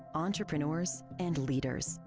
entrepreneurs and leaders.